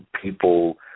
people